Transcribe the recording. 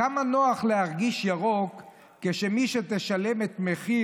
"כמה נוח להרגיש ירוק כשמי שתשלם את מחיר